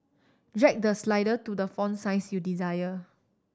drag the slider to the font size you desire